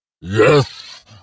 Yes